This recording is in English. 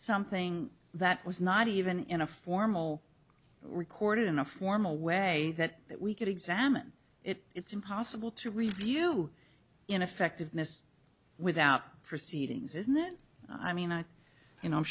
something that was not even in a formal record in a formal way that that we could examine it it's impossible to review ineffectiveness without proceedings isn't it i mean i you know i'm